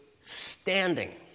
standing